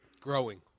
growing